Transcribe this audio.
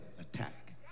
attack